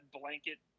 blanket